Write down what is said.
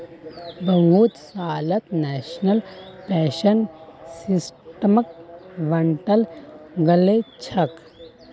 बहुत सालत national pension सिस्टमक बंटाल गेलछेक